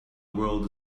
world